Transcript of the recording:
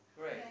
Great